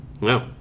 No